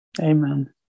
Amen